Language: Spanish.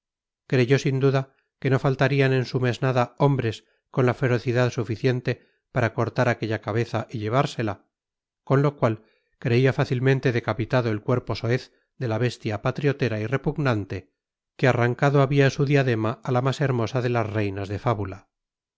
creyó sin duda que no faltarían en su mesnada hombres con la ferocidad suficiente para cortar aquella cabeza y llevársela con lo cual creía fácilmente decapitado el cuerpo soez de la bestia patriotera y repugnante que arrancado había su diadema a la más hermosa de las reinas de fábula